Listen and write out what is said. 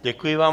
Děkuji vám.